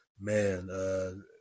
man –